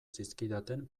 zizkidaten